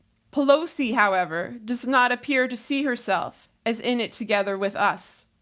pelosi, however, does not appear to see herself as in it together with us,